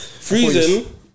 freezing